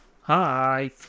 Hi